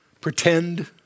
pretend